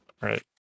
Right